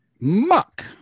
Muck